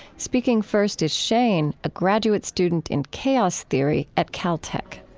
speaking first, is shane a graduate student in chaos theory at cal tech